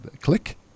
Click